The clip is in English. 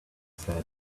said